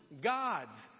God's